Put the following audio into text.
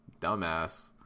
dumbass